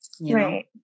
Right